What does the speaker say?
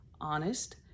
honest